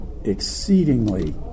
exceedingly